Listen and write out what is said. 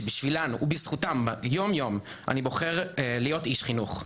שבשבילם ובזכותם יום יום אני בוחר להיות איש חינוך,